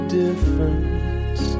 difference